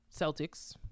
Celtics